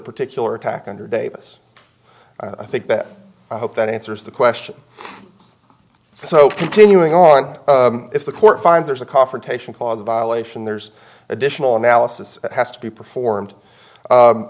particular attack under davis i think that i hope that answers the question so continuing on if the court finds there's a confrontation clause violation there's additional analysis has to be performed